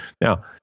Now